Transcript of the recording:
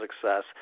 success